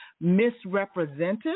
misrepresented